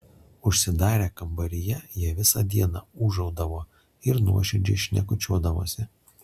užsidarę kambaryje jie visą dieną ūžaudavo ir nuoširdžiai šnekučiuodavosi